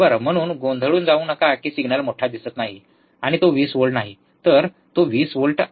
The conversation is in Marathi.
म्हणून गोंधळून जाऊ नका की सिग्नल मोठा दिसत नाही आणि तो 20 व्होल्ट नाही तर 20 व्होल्ट आहे